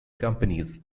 companies